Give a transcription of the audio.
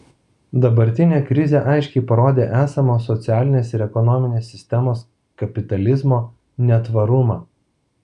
dabartinė krizė aiškiai parodė esamos socialinės ir ekonominės sistemos kapitalizmo netvarumą